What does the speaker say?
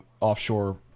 offshore